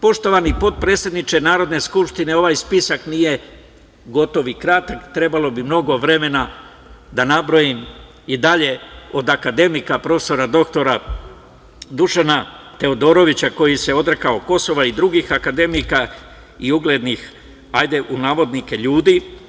Poštovani potpredsedniče Narodne skupštine, ovaj spisak nije gotov i kratak, trebalo bi mnogo vremena da nabrojim i dalje od akademika prof. dr Dušana Teodorovića, koji se odrekao Kosova i drugih akademika i uglednih, po navodnike, ljudi.